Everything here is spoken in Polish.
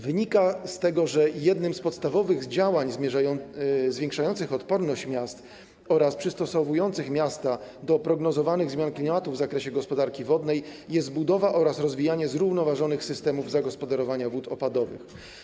Wynika z tego, że jednym z podstawowych działań zwiększających odporność miast oraz przystosowujących miasta do prognozowanych zmian klimatu w zakresie gospodarki wodnej jest budowa oraz rozwijanie zrównoważonych system zagospodarowania wód opadowych.